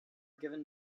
given